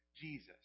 Jesus